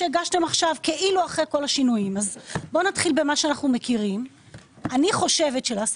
אז אני רוצה להקריא